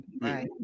right